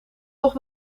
toch